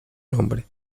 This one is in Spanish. nombre